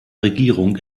regierung